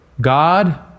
God